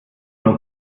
nur